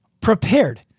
prepared